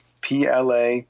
PLA